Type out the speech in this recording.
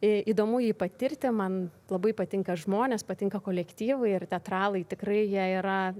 įdomu jį patirti man labai patinka žmonės patinka kolektyvai ir teatralai tikrai jie yra